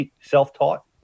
self-taught